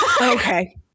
okay